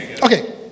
Okay